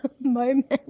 moment